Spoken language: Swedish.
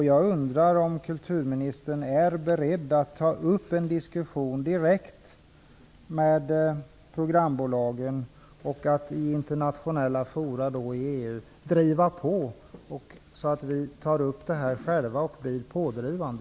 Jag undrar om kulturministern är beredd att ta upp en diskussion direkt med programbolagen och att i internationella forum, t.ex. EU, ta upp detta, så att vi blir pådrivande.